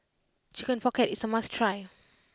Chicken Pocket is a must try